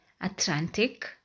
Atlantic